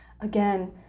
again